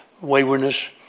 waywardness